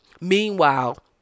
meanwhile